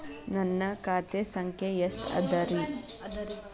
ನನ್ನ ಖಾತೆ ಸಂಖ್ಯೆ ಎಷ್ಟ ಅದರಿ?